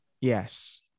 yes